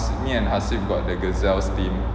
me and hasif got the gazelles team